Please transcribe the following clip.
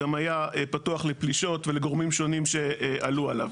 גם היה פתוח לפלישות ולגורמים שונים שעלו עליו.